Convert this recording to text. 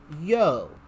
Yo